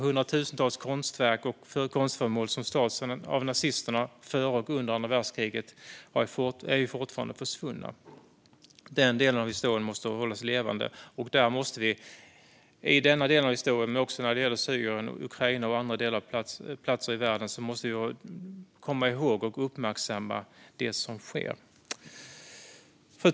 Hundratusentals konstverk och konstföremål som stals av nazisterna före och under andra världskriget är fortfarande försvunna. Den delen av historien måste hållas levande. Både där och när det gäller Syrien, Ukraina och andra platser i världen måste vi komma ihåg och uppmärksamma det som sker.